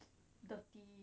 dirty